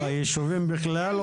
בישובים בכלל,